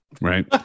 right